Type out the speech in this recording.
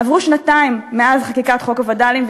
עברו שנתיים מאז חקיקת חוק הווד"לים,